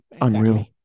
unreal